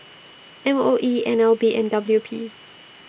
M O E N L B and W P